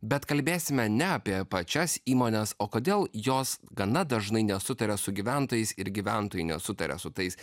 bet kalbėsime ne apie pačias įmones o kodėl jos gana dažnai nesutaria su gyventojais ir gyventojai nesutaria su tais